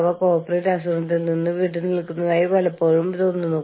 അതിനാൽ ഹെഡ് ഓഫീസും കേന്ദ്ര ആസ്ഥാനവും പറയുന്നു ഞങ്ങൾ നിങ്ങളോട് പറയുന്നതെന്തും നിങ്ങൾ ചെയ്യുക